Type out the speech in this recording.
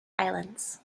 islands